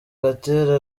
gatera